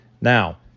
Now